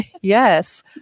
Yes